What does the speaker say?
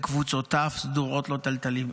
וקווצותיו סדורות לו תלתלים",